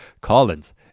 collins